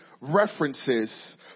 references